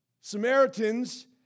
Samaritans